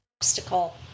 obstacle